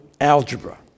algebra